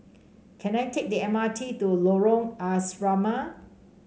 can I take the M R T to Lorong Asrama